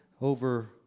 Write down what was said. over